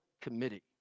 committee